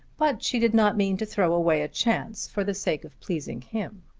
but she did not mean to throw away a chance for the sake of pleasing him.